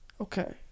Okay